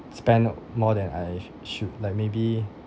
spend w~ more than I should like maybe